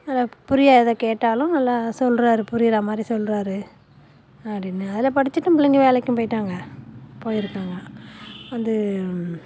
நல்லா புரியாததை கேட்டாலும் நல்லா சொல்கிறாரு புரிகிற மாதிரி சொல்கிறாரு அப்படின்னு அதில் படிச்சிட்டும் பிள்ளைங்க வேலைக்கும் போய்ட்டாங்க போயிருக்காங்க வந்து